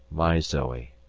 my zoe,